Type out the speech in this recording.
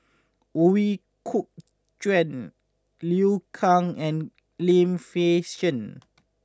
Ooi Kok Chuen Liu Kang and Lim Fei Shen